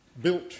built